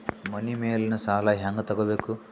ಮನಿ ಮೇಲಿನ ಸಾಲ ಹ್ಯಾಂಗ್ ತಗೋಬೇಕು?